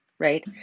Right